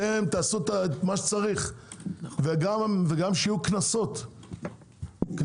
אתם תעשו מה שצריך וגם שיהיו קנסות אם